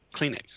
Kleenex